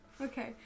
okay